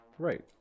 Right